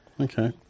Okay